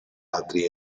altri